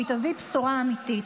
והיא תביא בשורה אמיתית.